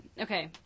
Okay